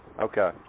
Okay